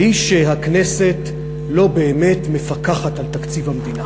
והיא שהכנסת לא באמת מפקחת על תקציב המדינה.